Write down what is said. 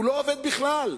שלא עובד בכלל,